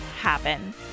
happen